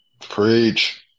preach